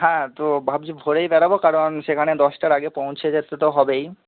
হ্যাঁ তো ভাবছি ভোরেই বেরোব কারণ সেখানে দশটার আগে পৌঁছে যেতে তো হবেই